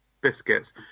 biscuits